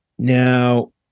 Now